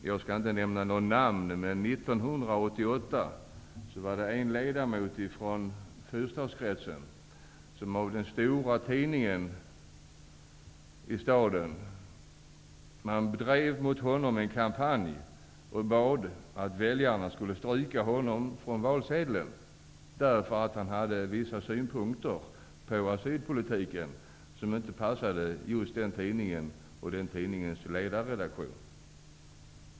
Jag skall inte nämna något namn, men 1988 bedrev en stor tidning i fyrstadskretsen en kampanj mot en ledamot. Man bad att väljarna skulle stryka hans namn på valsedeln därför att han hade vissa synpunkter på asylpolitiken som inte passade just den tidningen och dess ledarredaktion.